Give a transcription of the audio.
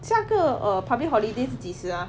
下个 err public holiday 是几时啊